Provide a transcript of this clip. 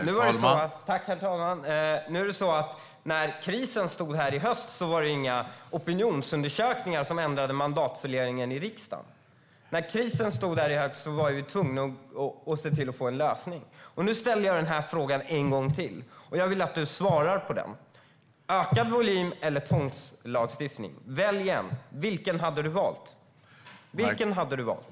Herr talman! När krisen stod för dörren i höstas var det inga opinionsundersökningar som ändrade mandatfördelningen i riksdagen. När krisen stod för dörren i höstas var vi tvungna att få en lösning. Nu ställer jag frågan en gång till, och jag vill att Markus Wiechel svarar på den. Ökad volym eller tvångslagstiftning? Välj en. Vilken hade du valt?